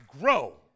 grow